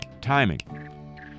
timing